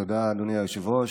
תודה, אדוני היושב-ראש.